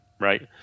right